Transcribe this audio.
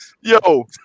Yo